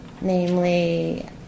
namely